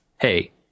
hey